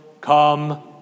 come